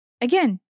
Again